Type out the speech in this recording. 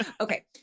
Okay